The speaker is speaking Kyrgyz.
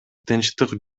тынчтык